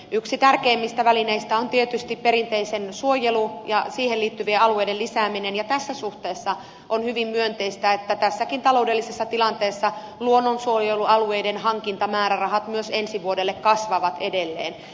yksi tärkeimmistä välineistä on tietysti perinteinen suojelu ja siihen liittyvien alueiden lisääminen ja tässä suhteessa on hyvin myönteistä että tässäkin taloudellisessa tilanteessa luonnonsuojelualueiden hankintamäärärahat myös ensi vuodelle kasvavat edelleen